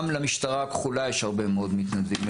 למשטרה הכחולה יש הרבה מאוד מתנדבים.